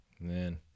Man